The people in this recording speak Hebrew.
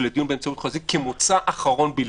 לדיון באמצעים חזותיים כמוצא אחרון בלבד.